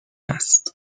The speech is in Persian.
است